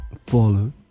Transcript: follow